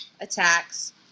attacks